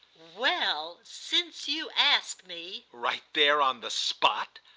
well, since you ask me! right there on the spot?